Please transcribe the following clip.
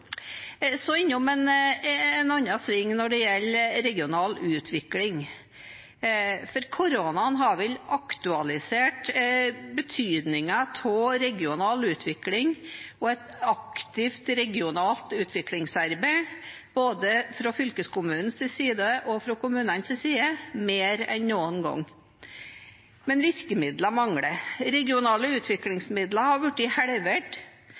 Så innom en annen sving når det gjelder regional utvikling, for koronaen har vel aktualisert betydningen av regional utvikling og et aktivt regionalt utviklingsarbeid, både fra fylkeskommunenes side og fra kommunenes side, mer enn noen gang. Men virkemidler mangler. Regionale utviklingsmidler har blitt halvert.